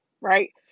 right